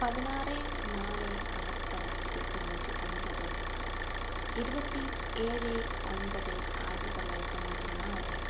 പതിനാറ് നാല് ആയിരത്തിത്തൊള്ളായിരത്തി തൊണ്ണൂറ്റി ഒൻപത് ഇരുപത്തി ഏഴ് ഒൻപത് ആയിരത്തിത്തൊള്ളായിരത്തി തൊണ്ണൂറ്റി നാല്